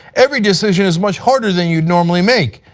every decision is much harder than you normally make.